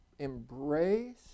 embrace